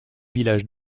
village